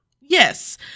Yes